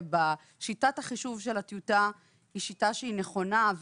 בשיטת החישוב של הטיוטה היא שיטה שהיא נכונה.